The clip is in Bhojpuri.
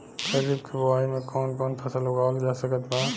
खरीब के बोआई मे कौन कौन फसल उगावाल जा सकत बा?